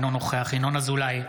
אינו נוכח ינון אזולאי,